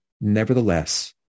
nevertheless